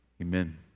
Amen